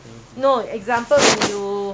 hundred and seventy thousand